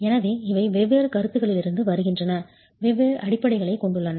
எனவே இவை வெவ்வேறு கருத்துக்களிலிருந்து வருகின்றன வெவ்வேறு அடிப்படைகளைக் கொண்டுள்ளன